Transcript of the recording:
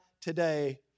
today